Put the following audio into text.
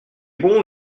bon